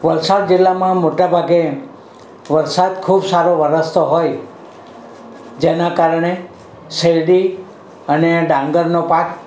વલસાડ જિલ્લામાં મોટા ભાગે વરસાદ ખૂબ સારો વરસતો હોઈ જેનાં કારણે શેરડી અને ડાંગરનો પાક